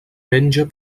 menja